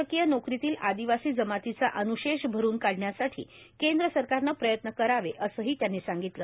शासकीय नोकरीतील आदिवासी जमातीचा अन्शेष भरून काढण्यासाठी केंद्र सरकारनं प्रयत्न करावे असंही त्यांनी सांगितलं